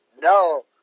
No